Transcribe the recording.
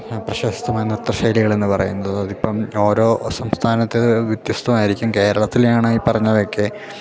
പ്രശസ്തമായ നൃത്ത ശൈലികളെന്ന് പറയുന്നത് അതിപ്പം ഓരോ സംസ്ഥാനത്ത് വ്യത്യസ്തമായിരിക്കും കേരളത്തിലെയാണ് ഈ പറഞ്ഞതൊക്കെ